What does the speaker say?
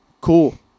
cool